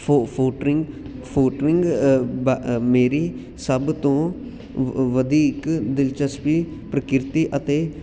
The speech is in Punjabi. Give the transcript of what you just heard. ਫੋ ਫੋਟਰਿੰਗ ਫੋਟਰਿੰਗ ਬ ਮੇਰੀ ਸਭ ਤੋਂ ਵਧੀਕ ਦਿਲਚਸਪੀ ਪ੍ਰਕਿਰਤੀ ਅਤੇ